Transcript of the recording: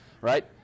right